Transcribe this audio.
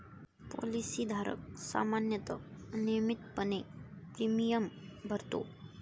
policy धारक सामान्यतः नियमितपणे प्रीमियम भरतो